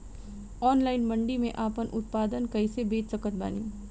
Online मंडी मे आपन उत्पादन कैसे बेच सकत बानी?